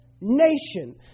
nation